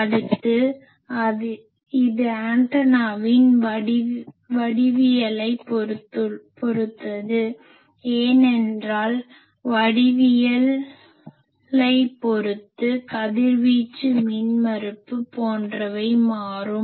அடுத்து இது ஆண்டெனாவின் வடிவவியலைப் பொறுத்தது ஏனென்றால் வடிவவியலைப் பொறுத்து கதிர்வீச்சு மின்மறுப்பு போன்றவை மாறும்